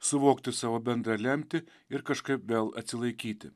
suvokti savo bendrą lemtį ir kažkaip vėl atsilaikyti